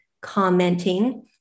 commenting